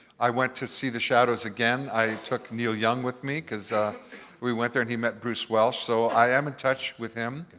i went to see the shadows again, i took neil young with me cause we went there and he met bruce welch. so i am in touch with him.